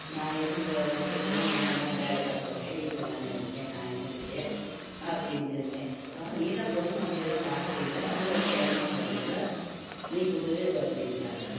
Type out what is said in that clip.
நான் எப்படி வ வரி கட்டணும் நான் என்ன வேலைக்கா போகிறேன் வீட்டில் தானே இருக்கேன் நான் என்ன செய்ய அப்படின்ட்டு இருந்தேன் நீதான் பொண்ணு மாப்பிளையெல்லாம் பார்க்குறில்ல அதில் உனக்கு வருமானம் வருமில்லே நீ கொடு அப்படின்ட்டாக